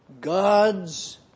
God's